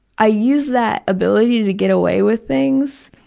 i used that ability to get away with things,